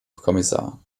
kommissar